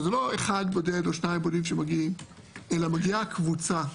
שזה לא אחד בודד או שניים בודדים אלא מגיעה קבוצה,